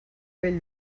pell